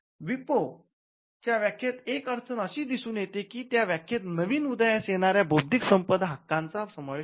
विपो च्या व्याख्येत एक अडचण अशी दिसून येते की त्या व्याख्येत नवीन उदयास येणाऱ्या बौद्धिक संपदा हक्कांचा समावेश नाही